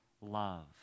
Love